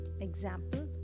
Example